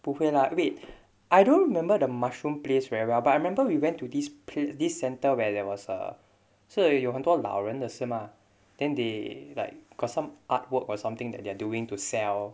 不会 lah wait I don't remember the mushroom place where lah but remember we went to this pla~ this centre where there was a 这里有很多老人的是吗 then they like got some artwork or something that they're doing to sell